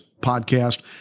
podcast